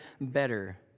better